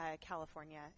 California